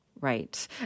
Right